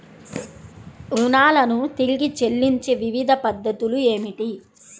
రుణాలను తిరిగి చెల్లించే వివిధ పద్ధతులు ఏమిటి?